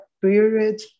period